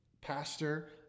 pastor